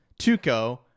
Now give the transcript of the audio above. Tuco